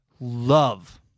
love